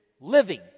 living